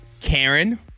Karen